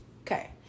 Okay